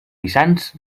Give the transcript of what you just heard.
vicenç